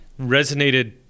resonated